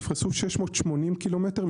נפרסו 680 ק"מ,